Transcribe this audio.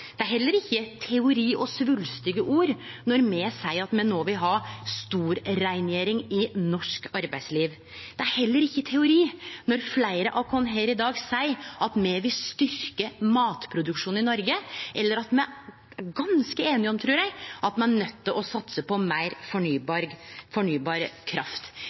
Det er heller ikkje teori og svulstige ord når me seier at me no vil ha storreingjering i norsk arbeidsliv. Det er heller ikkje teori når fleire av oss her i dag seier at me vil styrkje matproduksjonen i Noreg, eller at me – og det er me ganske einige om, trur eg – er nøydde til å satse på meir fornybar kraft.